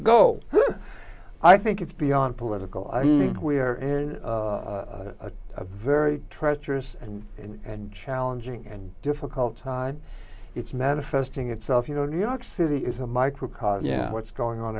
go i think it's beyond political i think we are in a very treacherous and and challenging and difficult time it's manifesting itself you know new york city is a microcosm what's going on